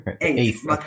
ace